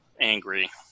angry